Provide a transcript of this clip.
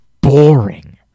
boring